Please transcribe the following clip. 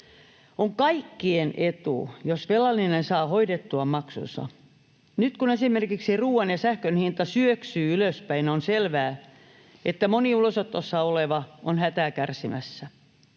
On kaikkien etu, jos velallinen saa hoidettua maksunsa. Nyt, kun esimerkiksi ruoan ja sähkön hinta syöksyy ylöspäin, on selvää, että moni ulosotossa oleva on hätää kärsimässä.